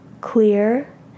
Clear